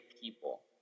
people